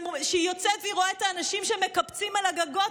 שהיא יוצאת ורואה את האנשים שמקפצים על הגגות